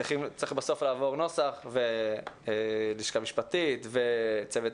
צריך בסוף לעבור נוסח ולשכה משפטית וצוות